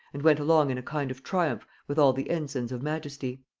and went along in a kind of triumph with all the ensigns of majesty.